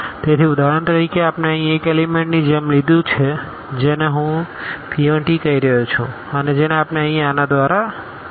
તેથી ઉદાહરણ તરીકે આપણે અહીં એક એલીમેન્ટની જેમ લીધું છે જેને હું p1 કહી રહ્યો છું અને જેને આપણે અહીં આના દ્વારા સૂચવી શકીએ છીએ